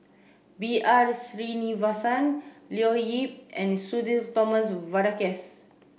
B R Sreenivasan Leo Yip and Sudhir Thomas Vadaketh